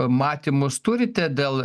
matymus turite dėl